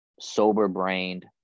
sober-brained